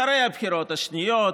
אחרי הבחירות השניות.